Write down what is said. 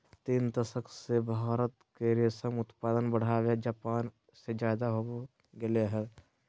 तीन दशक से भारत के रेशम उत्पादन बढ़के जापान से ज्यादा हो गेल हई